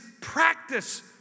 practice